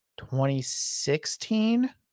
2016